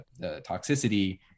toxicity